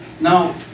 now